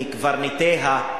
מקברניטיה,